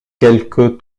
quelque